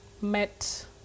met